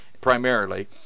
primarily